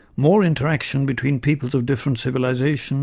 more interaction between peoples of different civilisations